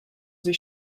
sie